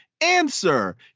Answer